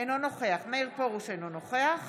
אינו נוכח מאיר פרוש, אינו נוכח